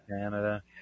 Canada